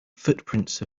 footprints